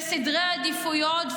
סדרי עדיפויות,